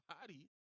body